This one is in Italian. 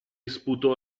sputò